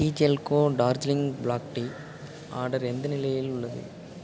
TGL co Darjeeling black tea order எந்த நிலையில் உள்ளது